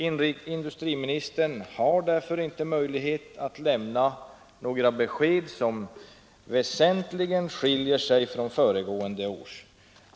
Industriministern har därför ingen möjlighet att lämna något besked, som väsentligen skiljer sig från föregående års.